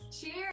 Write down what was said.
Cheers